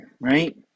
right